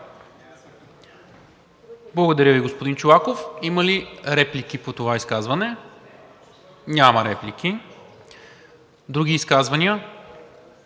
Благодаря Ви, господин Чолаков. Има ли реплики по това изказване? Няма. Други изказвания?